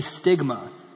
stigma